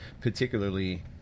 particularly